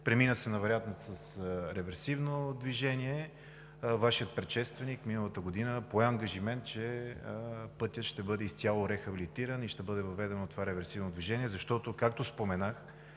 Премина се на вариант с реверсивно движение. Вашият предшественик миналата година пое ангажимент, че пътят ще бъде изцяло рехабилитиран и ще бъде въведено това реверсивно движение, защото, както споменах,